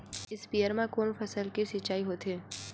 स्पीयर म कोन फसल के सिंचाई होथे?